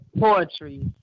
poetry